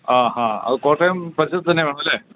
ആ ആ അത് കോട്ടയം പരിസരത്ത് തന്നെ വേണം അല്ലേ